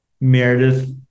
Meredith